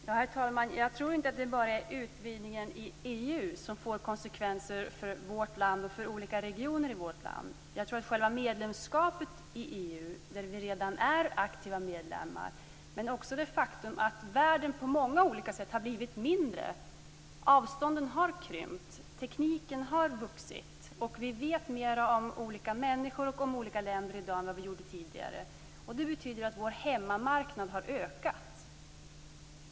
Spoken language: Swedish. Herr talman! Jag tror inte att det bara är utvidgningen i EU som får konsekvenser för vårt land och för olika regioner i vårt land. Vi är redan aktiva medlemmar i EU. Men det är också ett faktum att världen på många olika sätt har blivit mindre. Avstånden har krympt och tekniken har vuxit. Vi vet mer om olika människor och om olika länder i dag än vad vi gjorde tidigare. Och det betyder att vår hemmamarknad har ökat.